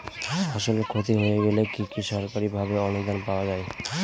ফসল ক্ষতি হয়ে গেলে কি সরকারি ভাবে অনুদান পাওয়া য়ায়?